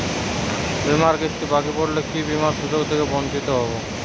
বিমার কিস্তি বাকি পড়লে কি বিমার সুযোগ থেকে বঞ্চিত হবো?